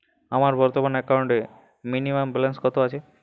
আমার বর্তমান একাউন্টে মিনিমাম ব্যালেন্স কত আছে?